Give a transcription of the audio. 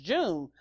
June